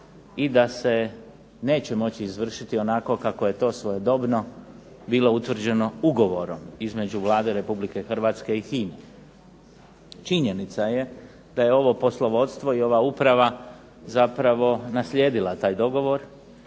i da se neće moći izvršiti onako kako je to svojedobno bilo utvrđeno ugovorom između Vlade Republike Hrvatske i HINA-e. Činjenica je da je ovo poslovodstvo i ova uprava zapravo naslijedila taj dogovor